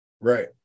Right